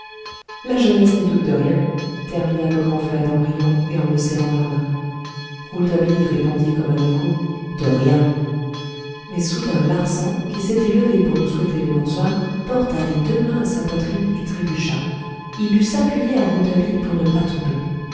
la jeunesse ne doute de rien termina le grand fred en riant et en me serrant la main rouletabille répondit comme un écho de rien mais soudain larsan qui s'était levé pour nous souhaiter le bonsoir porta les deux mains à sa poitrine et trébucha il dut s'appuyer à rouletabille pour ne pas tomber